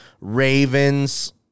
Ravens